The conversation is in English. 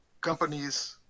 companies